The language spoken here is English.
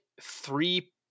three